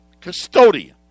custodian